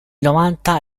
novanta